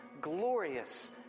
glorious